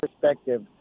perspective